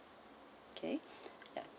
okay yup